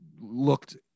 looked